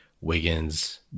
Wiggins